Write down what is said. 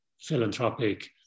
philanthropic